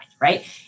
right